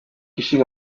ishinga